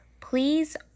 please